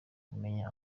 kumenya